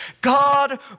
God